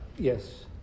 Yes